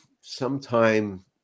sometime